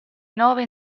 nove